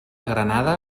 granada